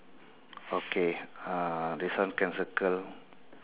okay uh this one can circle